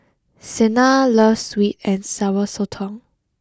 Sena loves sweet and sour Sotong